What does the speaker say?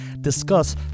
discuss